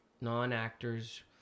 non-actors